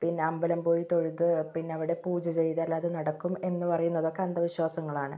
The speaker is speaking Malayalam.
പിന്നെ അമ്പലം പോയി തൊഴുത് പിന്നവിടെ പൂജ ചെയ്താൽ അത് നടക്കും എന്നു പറയുന്നതൊക്കെ അന്ധവിശ്വാസങ്ങളാണ്